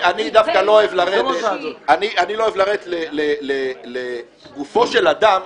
אני דווקא לא אוהב לרדת לגופו של אדם,